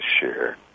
share